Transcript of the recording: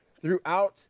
throughout